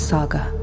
Saga